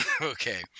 Okay